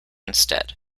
instead